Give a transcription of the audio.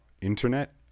internet